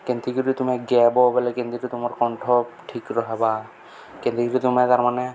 କେମନ୍ତି କିରି ତୁମେ ଗାଏବ ବୋଲେ କେମନ୍ତି କରି ତୁମର କଣ୍ଠ ଠିକ୍ ରହବା କେମନ୍ତି କରି ତୁମେ ତା'ର ମାନେ